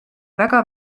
väga